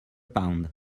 pound